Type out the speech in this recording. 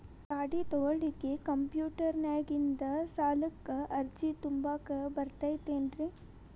ಗಾಡಿ ತೊಗೋಳಿಕ್ಕೆ ಕಂಪ್ಯೂಟೆರ್ನ್ಯಾಗಿಂದ ಸಾಲಕ್ಕ್ ಅರ್ಜಿ ತುಂಬಾಕ ಬರತೈತೇನ್ರೇ?